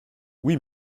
oui